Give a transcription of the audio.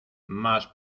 mas